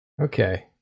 Okay